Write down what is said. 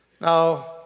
Now